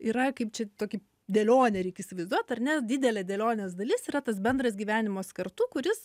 yra kaip čia tokį dėlionę reikia įsivaizduot ar ne didelė dėlionės dalis yra tas bendras gyvenimas kartu kuris